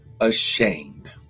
ashamed